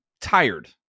tired